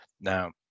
Now